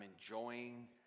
enjoying